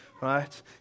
Right